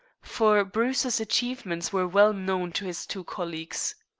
for bruce's achievements were well known to his two colleagues.